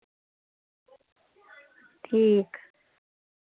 ठीक